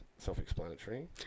Self-explanatory